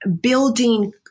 building